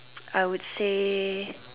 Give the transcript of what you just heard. I would say